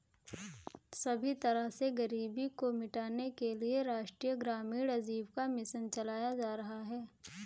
सभी तरह से गरीबी को मिटाने के लिये राष्ट्रीय ग्रामीण आजीविका मिशन चलाया जा रहा है